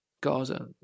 Gaza